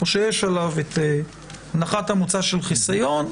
או שיש עליו את הנחת המוצא של חיסיון,